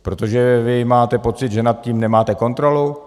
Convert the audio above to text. Protože vy máte pocit, že nad tím nemáte kontrolu?